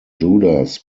judas